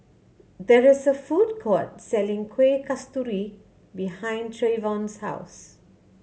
there is a food court selling Kuih Kasturi behind Trayvon's house